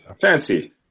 Fancy